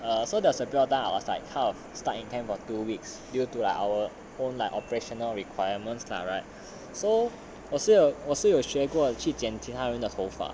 um so there was a time that I was like kind of stuck in camp for two weeks due to like our own like operational requirements lah right so 我是有我是有学过去剪其他人的头发